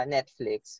Netflix